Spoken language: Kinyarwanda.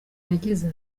yagize